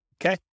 Okay